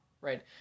right